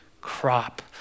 crop